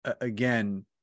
again